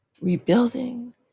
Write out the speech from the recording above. rebuilding